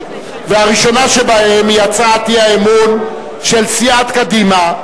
והראשונה שבהן היא הצעת האי-אמון של סיעת קדימה,